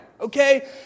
okay